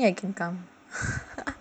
then only I can come